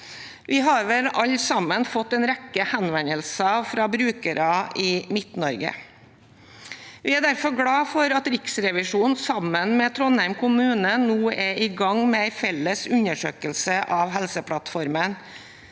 Vi har vel alle sammen fått en rekke henvendelser fra brukere i Midt-Norge. Vi er derfor glade for at Riksrevisjonen, sammen med Trondheim kommune, nå er i gang med en felles undersøkelse av Helseplattformen.